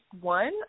one